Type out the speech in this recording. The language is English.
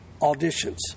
auditions